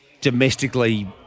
domestically